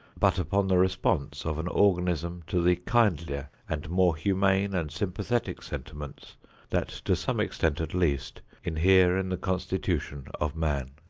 but upon the response of an organism to the kindlier and more humane and sympathetic sentiments that to some extent at least inhere in the constitution of man.